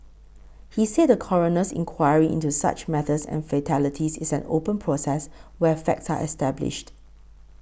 he said a coroner's inquiry into such matters and fatalities is an open process where facts are established